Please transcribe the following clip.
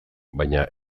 baina